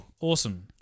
Awesome